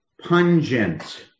pungent